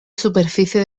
superficie